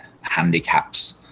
handicaps